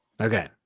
Okay